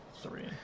Three